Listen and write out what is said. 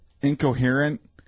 incoherent